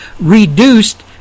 reduced